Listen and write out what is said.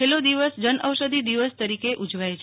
છેલ્લો દિવસ જન ઔષધિ દિવસ તરીકે ઉજવાય છે